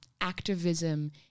activism